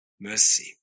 mercy